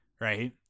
right